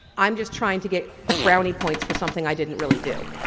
i'm just trying to get brownie points for something i didn't really do.